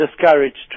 discouraged